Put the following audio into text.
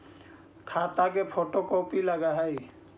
खाता के photo copy लगहै?